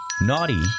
naughty